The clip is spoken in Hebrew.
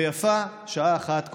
ויפה שעה אחת קודם.